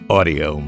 Audio